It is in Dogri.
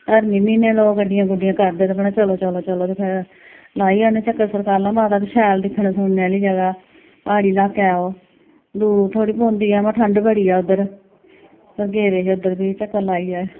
धर्मी म्हीने लोग गड्डियां गूड्डियां करदे अपने ते चलो चलो चलो ते फिर लाई औने चक्कर सुकराला माता बी शैल दिक्खने सुनने आह्ली जगह् प्हाड़ी लाका ऐ ओह् दूर थोह्ड़ी पौंदी ऐ अबाऽ ठंड बड़ी ऐ उद्धर उद्धर गेदे हे उद्धर बी चक्कर लाई आये